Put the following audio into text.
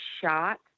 shot